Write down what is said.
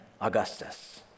Augustus